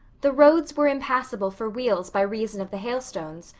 the roads were impassable for wheels by reason of the hailstones,